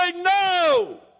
no